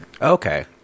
Okay